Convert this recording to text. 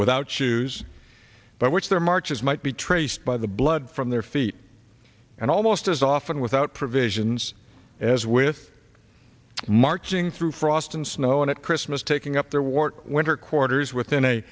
without shoes but which their marches might be traced by the blood from their feet and almost as often without provisions as with marching through frost and snow and at christmas taking up their war when our quarters within a